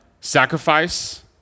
sacrifice